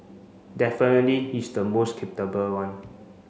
definitely he's the most one